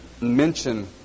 mention